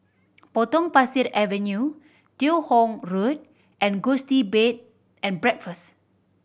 Potong Pasir Avenue Teo Hong Road and Gusti Bed and Breakfast